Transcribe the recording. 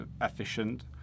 efficient